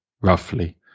roughly